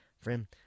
Friend